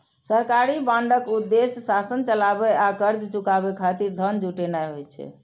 सरकारी बांडक उद्देश्य शासन चलाबै आ कर्ज चुकाबै खातिर धन जुटेनाय होइ छै